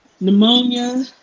pneumonia